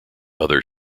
other